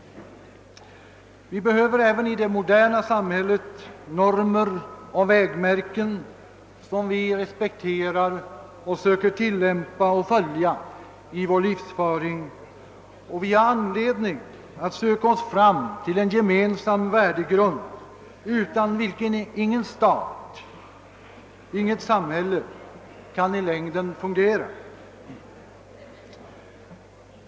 Vi behöver även i det moderna samhället normer och vägmärken' som vi respekterar och söker tillämpa och följa i vår livsföring, och vi har anledning att söka oss fram till en gemensam värdegrund utan vilken ingen stat, inget samhälle i längden kan fungera.